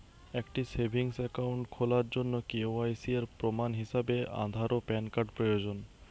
একটি savings account খোলার জন্য কে.ওয়াই.সি এর প্রমাণ হিসাবে আধার ও প্যান কার্ড প্রয়োজন